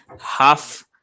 Half